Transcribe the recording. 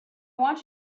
want